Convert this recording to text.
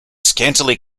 scantily